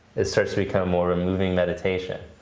this starts to become more of a moving meditation.